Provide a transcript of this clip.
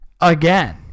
Again